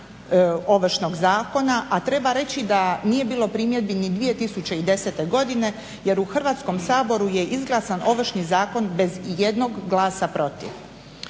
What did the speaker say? Ovršnog zakona, a treba reći da nije bilo primjedbi ni 2010. godine. jer u Hrvatskom saboru je izglasan Ovršni zakon bez ijednog glasa protiv.